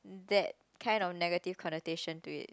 that kind of negative connotation to it